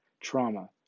trauma